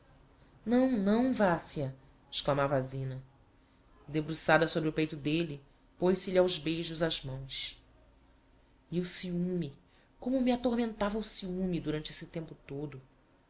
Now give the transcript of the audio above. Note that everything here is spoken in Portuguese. não é não não vassia exclamava a zina e debruçada sobre o peito d'elle pôz se lhe aos beijos ás mãos e o ciume como me atormentava o ciume durante esse tempo todo